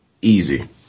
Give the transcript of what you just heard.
easy